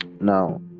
Now